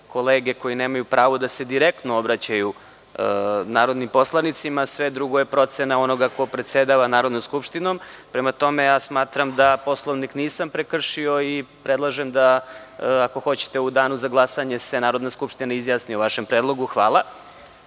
kolege koji nemaju pravo da se direktno obraćaju narodnim poslanicima, sve drugo je procena onoga ko predsedava Narodnom skupštinom. Prema tome, smatram da Poslovnik nisam prekršio i predlažem da, ako hoćete, u Danu za glasanje se Narodna skupština se izjasni o vašem predlogu.